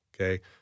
okay